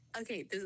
Okay